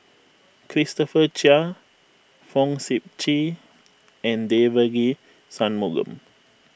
Christopher Chia Fong Sip Chee and Devagi Sanmugam